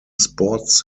sports